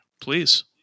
Please